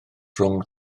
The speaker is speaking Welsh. rhwng